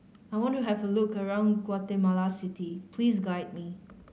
I want to have a look around Guatemala City please guide me